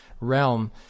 realm